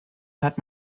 hört